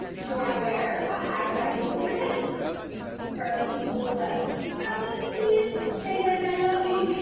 do i wear a high thigh boot with it or a cute little stiletto. help me please. anyways, i love you.